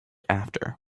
after